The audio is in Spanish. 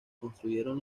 construyeron